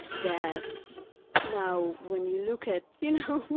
that now, when you look at, you know,